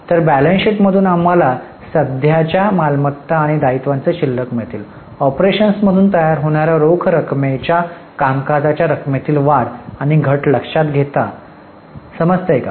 तर balance sheet मधून आम्हाला सध्याच्या मालमत्ता आणि दायित्वांचे शिल्लक मिळतील ऑपरेशन्समधून तयार होणाऱ्या रोख रकमेच्या कामकाजाच्या रकमेतील वाढ आणि घट लक्षात घेता समजतंय का